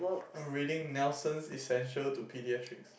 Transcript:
I'm reading Nelson's essentials to pediatrics